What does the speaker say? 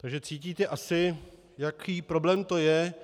Takže cítíte asi, jaký problém to je.